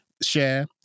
share